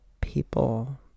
people